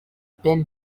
been